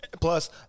Plus